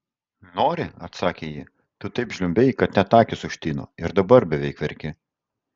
nori atsakė ji tu taip žliumbei kad net akys užtino ir dabar beveik verki